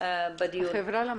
בפועל.